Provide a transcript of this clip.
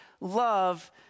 love